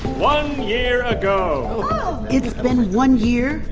one year ago it's been one year,